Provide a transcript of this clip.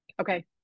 okay